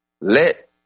Let